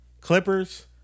Clippers